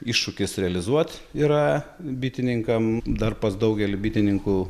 iššūkis realizuot yra bitininkam dar pas daugelį bitininkų